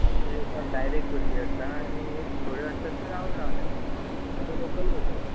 म्हापश्यां येवपाक डायरेक्ट बसी आसता आनी एक थोड्यो आसतात त्यो रावन रावन येता तांकां लोकल बसी म्हणटा